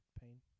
pain